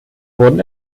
wurden